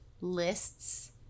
lists